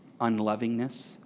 unlovingness